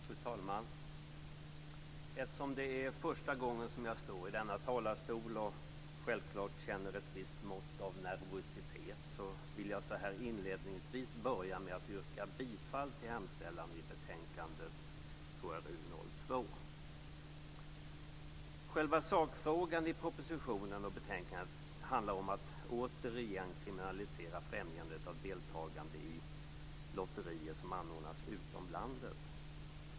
Fru talman! Eftersom det är första gången som jag står i denna talarstol - självklart känner jag ett visst mått av nervositet - vill jag inledningsvis börja med att yrka bifall till hemställan i betänkande KrU2. Själva sakfrågan i propositionen och betänkandet handlar om att återigen kriminalisera främjandet av deltagande i lotterier som anordnas utom landet.